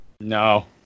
No